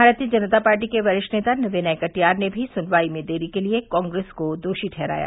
भारतीय जनता पार्टी के वरिष्ठ नेता विनय कटियार ने भी सुनवाई में देरी के लिए कांग्रेस को दोषी ठहराया